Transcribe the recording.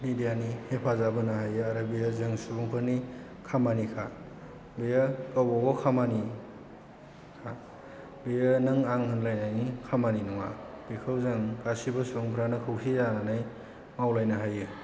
मिडियानि हेफाजाब होनो हायो आरो बेयो जों सुबुंफोरनि खामानिखा बेयो गावबागाव खामानि बेयो नों आं होनलायनायनि खामानि नङा बेखौ जों गासैबो सुबुंफोरानो खौसे जानानै मावलायनो हायो